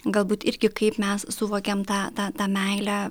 galbūt irgi kaip mes suvokiam tą tą tą meilę